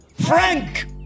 Frank